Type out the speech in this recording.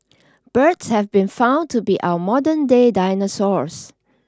birds have been found to be our modern day dinosaurs